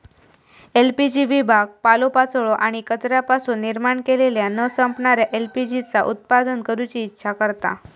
LPG विभाग पालोपाचोळो आणि कचऱ्यापासून निर्माण केलेल्या न संपणाऱ्या एल.पी.जी चा उत्पादन करूची इच्छा करता